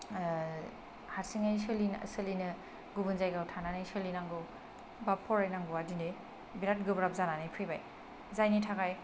हारसिङै सोलिनो गुबुन जायगायाव थानानै सोलिनांगौ बा फरायनांगौआ दिनै बिराद गोब्राब जानानै फैबाय जायनि थाखाय